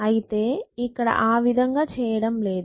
అయితే ఇక్కడ ఆ విధంగా చేయడం లేదు